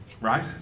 right